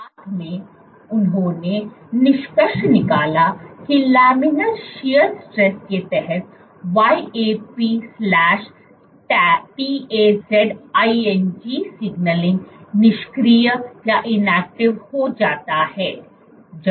साथ में उन्होंने निष्कर्ष निकाला कि लैमिनर शीयर स्ट्रेस के तहत YAP TAZING सिगनलिंग निष्क्रिय हो जाता है